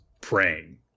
praying